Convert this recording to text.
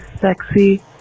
sexy